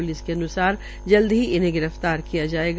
police के अन्सार जल्द ही इन्हें गिरफ्तार किया जायेगा